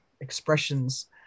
expressions